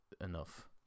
enough